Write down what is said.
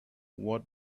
what